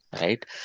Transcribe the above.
right